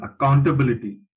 accountability